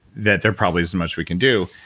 that there probably isn't much we can do.